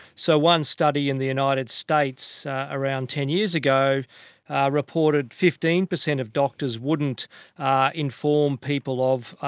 so one study in the united states around ten years ago reported fifteen percent of doctors wouldn't inform people of